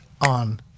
on